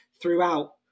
throughout